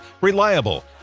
reliable